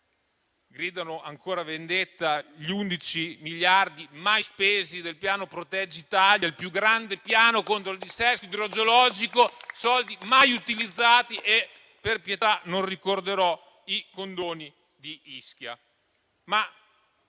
gridano ancora vendetta gli 11 miliardi mai spesi del Piano proteggi Italia, il più grande piano contro il dissesto idrogeologico, soldi mai utilizzati, e, per pietà, non ricorderò i condoni di Ischia.